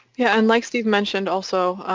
yeah, and like steve mentioned also,